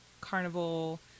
Carnival